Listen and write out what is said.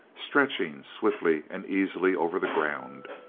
stretching swiftly and easily over the ground!